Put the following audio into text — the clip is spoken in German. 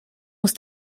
muss